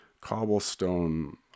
cobblestone